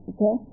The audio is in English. Okay